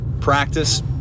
practice